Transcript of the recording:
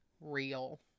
real